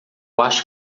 acho